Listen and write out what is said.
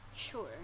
Sure